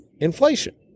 Inflation